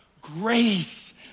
grace